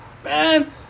Man